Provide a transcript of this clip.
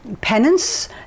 penance